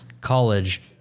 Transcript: college